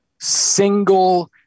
single